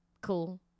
cool